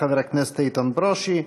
חבר הכנסת איתן ברושי.